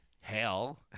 hell